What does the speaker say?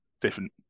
different